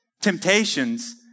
temptations